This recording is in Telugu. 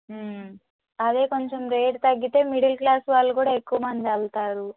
అదే కొంచెం రేటు తగ్గితే మిడిల్ క్లాస్ వాళ్ళు కూడా ఎక్కువ మంది వెళ్తారు